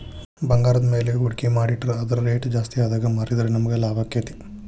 ಭಂಗಾರದ್ಮ್ಯಾಲೆ ಹೂಡ್ಕಿ ಮಾಡಿಟ್ರ ಅದರ್ ರೆಟ್ ಜಾಸ್ತಿಆದಾಗ್ ಮಾರಿದ್ರ ನಮಗ್ ಲಾಭಾಕ್ತೇತಿ